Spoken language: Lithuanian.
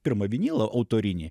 pirmą vinilą autorinį